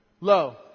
Low